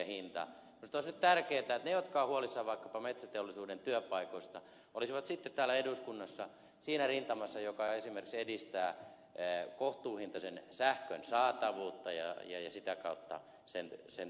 minusta olisi nyt tärkeätä että ne jotka ovat huolissaan vaikkapa metsäteollisuuden työpaikoista olisivat sitten täällä eduskunnassa siinä rintamassa joka esimerkiksi edistää kohtuuhintaisen sähkön saatavuutta ja sitä kautta sen tulevaisuutta